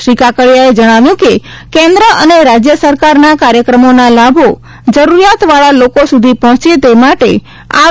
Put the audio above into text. શ્રી કાકડીયાએ જણાવ્યું કે કેન્દ્ર અને રાજ્ય સરકારના કાર્યક્રમોના લાભો જરૂરીયાત વાળા લોકો સુધી પહોંચે તે માટે આર